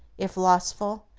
if lustful,